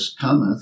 cometh